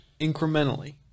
incrementally